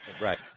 Right